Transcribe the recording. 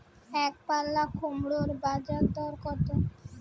একপাল্লা কুমড়োর বাজার দর কত?